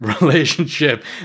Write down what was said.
relationship